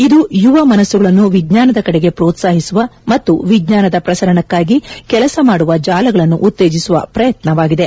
ಇದು ಯುವ ಮನಸ್ಬುಗಳನ್ನು ವಿಜ್ಞಾನದೆಡೆಗೆ ಪ್ರೋತ್ವಾಹಿಸುವ ಮತ್ತು ವಿಜ್ಞಾನದ ಪ್ರಸರಣಕ್ಕಾಗಿ ಕೆಲಸ ಮಾಡುವ ಜಾಲಗಳನ್ನು ಉತ್ತೇಜಿಸುವ ಪ್ರಯತ್ನವಾಗಿದೆ